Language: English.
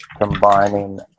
combining